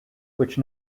which